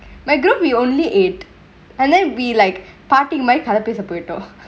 my group we only eight and then we like parkingk my piece a burrito